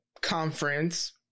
conference